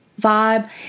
vibe